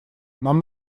нам